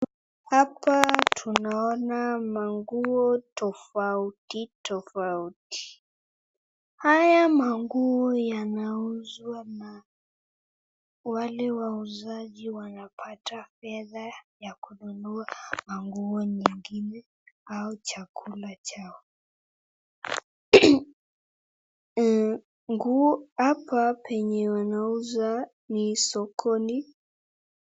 Hapa tunaona manguo tofauti tofauti haya manguo yanauzwa na wale wauzaji wanapata pesa ya manguo nyingine au chakula chao, hapa penye wanauzaa ni sokoni.